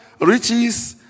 riches